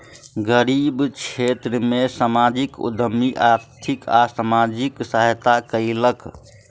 गरीब क्षेत्र में सामाजिक उद्यमी आर्थिक आ सामाजिक सहायता कयलक